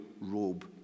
robe